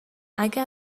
اگه